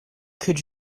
could